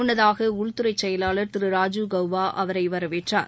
முன்னதாக உள்துறை செயலாளர் ராஜீவ் கவ்பா அவரை வரவேற்றார்